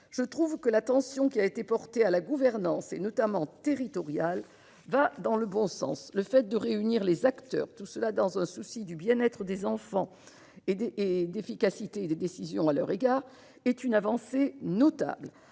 Je trouve que l'attention qui a été portée à la gouvernance, notamment territoriale, va dans le bon sens. Le fait de réunir les acteurs, pour assurer le bien-être des enfants et l'efficacité des décisions prises les concernant, est une avancée notable.